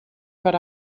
per